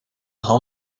how